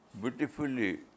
beautifully